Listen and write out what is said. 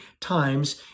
times